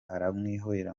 aramwihorera